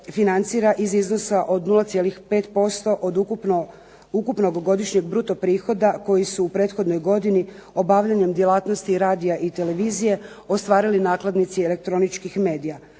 iz iznosa od 0,5% od ukupnog godišnjeg bruto prihoda koji su u prethodnoj godini obavljanjem djelatnosti radija i televizije ostvarili nakladnici elektroničkih medija.